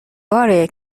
باره